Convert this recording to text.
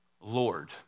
Lord